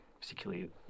particularly